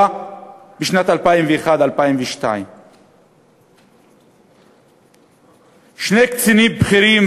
בשנים 2001 2002. שני קצינים בכירים,